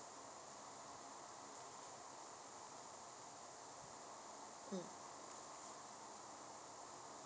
um